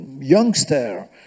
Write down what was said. youngster